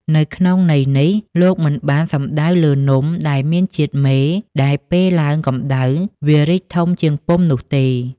នៅក្នុងន័យនេះ លោកមិនបានសំដៅលើនំដែលមានជាតិមេ ដែលពេលឡើងកម្តៅវារីកធំជាងពុម្ពនោះទេ។